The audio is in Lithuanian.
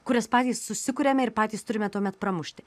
kurias patys susikuriame ir patys turime tuomet pramušti